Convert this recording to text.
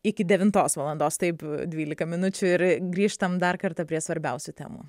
iki devintos valandos taip dvylika minučių ir grįžtam dar kartą prie svarbiausių temų